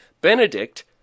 Benedict